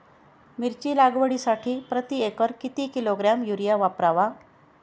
मिरची लागवडीसाठी प्रति एकर किती किलोग्रॅम युरिया वापरावा?